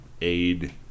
aid